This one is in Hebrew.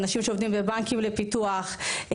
אנשים שעובדים בבנקים לפיתוח,